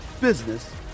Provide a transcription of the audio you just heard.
business